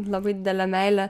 labai didelę meilę